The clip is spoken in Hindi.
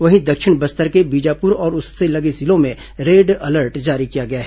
वहीं दक्षिण बस्तर के बीजापुर और उससे लगे जिलों में रेड अलर्ट जारी किया गया है